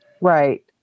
Right